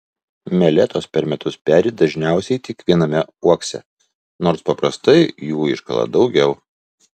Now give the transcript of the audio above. meletos per metus peri dažniausiai tik viename uokse nors paprastai jų iškala daugiau